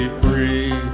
free